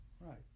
right